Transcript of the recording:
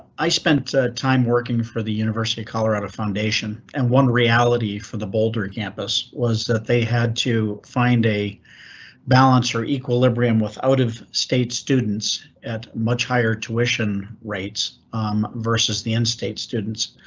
i spent time working for the university of colorado foundation and one reality for the boulder campus was that they had to find a balance or equilibrium with out of state students at much higher tuition rates versus the in state students.